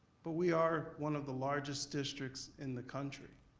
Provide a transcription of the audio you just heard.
but we are one of the largest districts in the country.